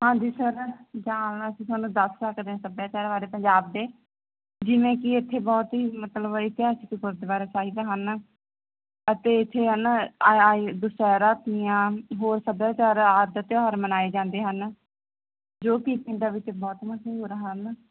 ਹਾਂਜੀ ਸਰ ਜਾਂ ਅਸੀਂ ਤੁਹਾਨੂੰ ਦੱਸ ਸਕਦੇ ਆ ਸੱਭਿਆਚਾਰ ਬਾਰੇ ਪੰਜਾਬ ਦੇ ਜਿਵੇਂ ਕਿ ਇਥੇ ਬਹੁਤ ਹੀ ਮਤਲਬ ਇਤਹਾਸਿਕ ਗੁਰਦੁਆਰੇ ਸਾਹਿਬ ਹਨ ਅਤੇ ਇੱਥੇ ਹਨਾ ਦੁਸਹਿਰਾ ਤੀਆਂ ਹੋਰ ਸੱਭਿਆਚਾਰ ਆਦਿ ਤਿਉਹਾਰ ਮਨਾਏ ਜਾਂਦੇ ਹਨ ਜੋ ਕਿ ਪਿੰਡਾ ਵਿੱਚ ਬਹੁਤ ਮਸ਼ਹੂਰ ਹਨ